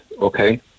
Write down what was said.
okay